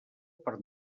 per